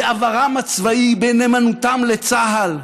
בעברם הצבאי, בנאמנותם לצה"ל,